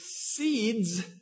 seeds